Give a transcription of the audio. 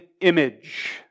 image